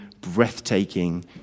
breathtaking